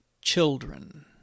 children